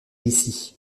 ici